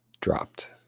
dropped